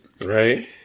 Right